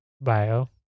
bio